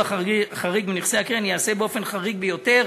חריג בנכסי הקרן ייעשה באופן חריג ביותר.